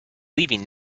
leaving